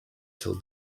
till